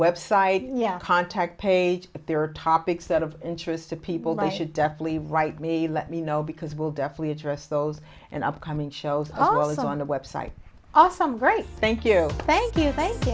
website yeah contact page but there are topics out of interest of people that i should definitely write me a let me know because will definitely address those and upcoming shows all is on the website awesome right thank you thank you thank you